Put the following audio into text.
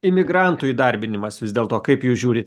imigrantų įdarbinimas vis dėlto kaip jūs žiūrit